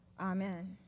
Amen